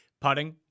putting